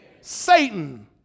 Satan